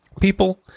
people